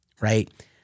right